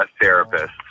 therapist